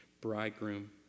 bridegroom